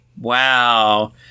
Wow